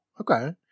Okay